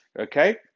Okay